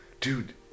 dude